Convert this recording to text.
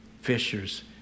fishers